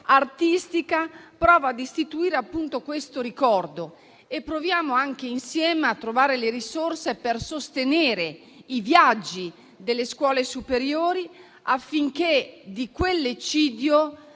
artistica, prova ad istituire questo ricordo. Proviamo anche insieme a trovare le risorse per sostenere i viaggi delle scuole superiori, affinché di quell'eccidio